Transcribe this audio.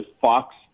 Fox